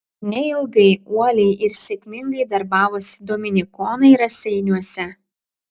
neilgai uoliai ir sėkmingai darbavosi dominikonai raseiniuose